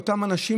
לאותם אנשים,